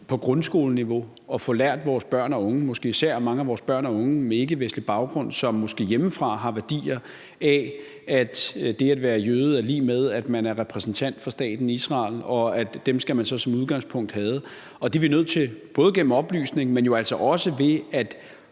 på grundskoleniveau og få informeret vores børn og unge, måske især mange af vores børn og unge med ikkevestlig baggrund, som måske hjemmefra har værdier, der går på, at det at være jøde er lig med, at man er repræsentant for staten Israel, og at dem skal man så som udgangspunkt hade. Det er vi nødt til at gøre både gennem oplysning, men jo også ved at